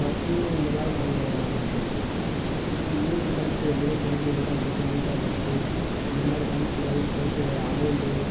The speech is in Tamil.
வச்சு இந்த மாதிரி நாங்கள் மூன்று பரிசு முதல் பரிசு இரண்டாம் பரிசு மூன்றாம் பரிசு இந்த மாதிரி பரிசுகள் ப்ளஸ்ஸு அமௌண்டு